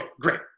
great